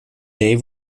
zee